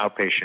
outpatient